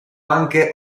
anche